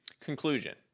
Conclusion